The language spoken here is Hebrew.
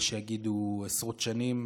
יש שיגידו עשרות שנים.